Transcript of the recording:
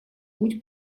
путь